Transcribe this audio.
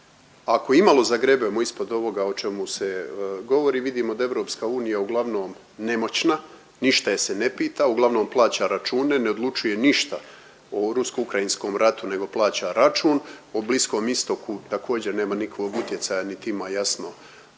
Ako imalo zagrebemo ispod ovoga o čemu se govori, vidimo da je EU uglavnom nemoćna, ništa je se ne pita, uglavnom plaća račune, ne odlučuje ništa o rusko-ukrajinskom ratu nego plaća račun. O Bliskom istoku također nema nikakvog utjecaja niti ima jasno